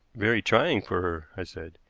very trying for her, i said.